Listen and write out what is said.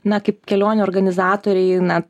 na kaip kelionių organizatoriai na